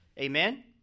Amen